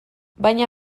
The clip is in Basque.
baina